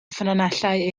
ffynonellau